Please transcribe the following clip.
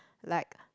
like